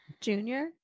Junior